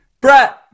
Brett